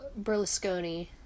Berlusconi